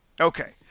Okay